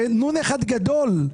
זה --- אחד גדול.